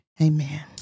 Amen